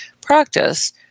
practice